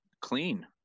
Clean